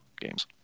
games